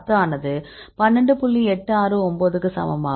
869 க்கு சமமாகும்